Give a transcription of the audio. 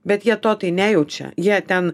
bet jie to tai nejaučia jie ten